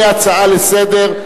כהצעה לסדר.